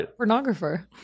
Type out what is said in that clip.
pornographer